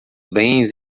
bens